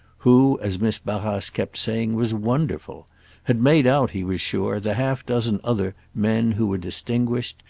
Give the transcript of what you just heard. who, as miss barrace kept saying, was wonderful had made out, he was sure, the half-dozen other men who were distinguished,